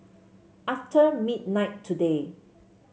after midnight today